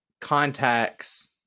contacts